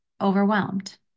overwhelmed